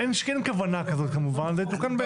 אין כוונה כזאת כמובן, זה יתוקן בהתאם.